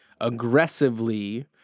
aggressively